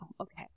Okay